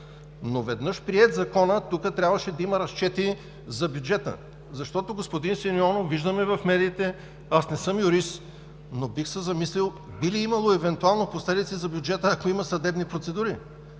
Веднъж приет Законът, тук трябваше да има разчети за бюджета, защото, господин Симеонов, виждаме го и в медиите, аз не съм юрист, но бих се замислил, би ли имало евентуални последици за бюджета, ако има съдебни процедури?